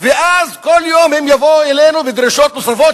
ואז כל יום הם יבואו אלינו בדרישות נוספות,